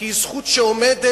כי היא זכות שעומדת,